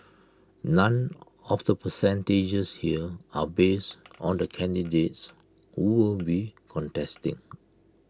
none of the percentages here are based on the candidates who will be contesting